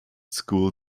school